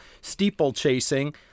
steeplechasing